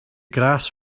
grass